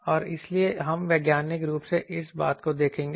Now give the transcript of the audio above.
और इसलिए हम वैज्ञानिक रूप से इस बात को देखेंगे